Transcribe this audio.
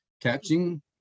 catching